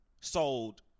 Sold